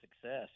success